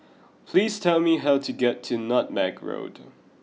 please tell me how to get to Nutmeg Road